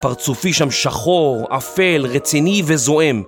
פרצופי שם שחור, אפל, רציני וזועם